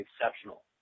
exceptional